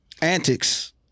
Antics